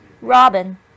Robin